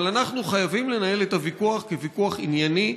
אבל אנחנו חייבים לנהל את הוויכוח כוויכוח ענייני,